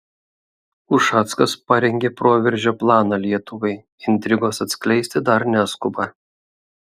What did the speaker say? ušackas parengė proveržio planą lietuvai intrigos atskleisti dar neskuba